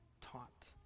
taught